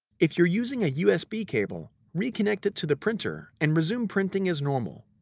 if you're using a usb cable, reconnect it to the printer and resume printing as normal.